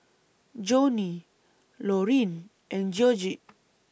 Joanie Loreen and Georgette